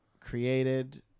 created